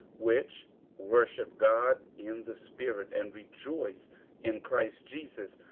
which worship god in the spirit, and rejoice in christ jesus,